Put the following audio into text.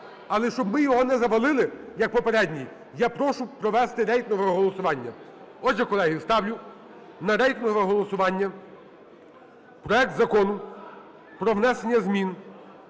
Але, щоб ми його не завалили, як попередній, я прошу провести рейтингове голосування. Отже, колеги, ставлю на рейтингове голосування проект Закону про внесення змін